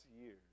years